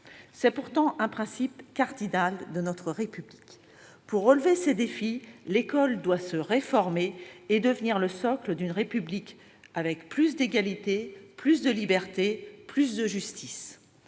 s'agit pourtant d'un principe cardinal de notre République. Pour relever ces défis, l'école doit se réformer et devenir le socle d'une République avec plus d'égalité, plus de liberté, plus de justice.